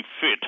fit